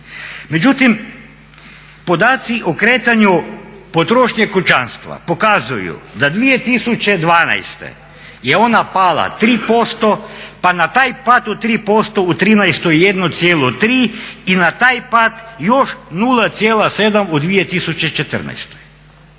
Međutim, podaci o kretanju potrošnje kućanstva pokazuju da 2012. je ona pala 3% pa na taj pad od 3% u 2013. 1,3 i na taj pad još 0,7 u 2014.